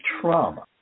trauma